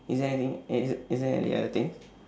is there anything is is there any other thing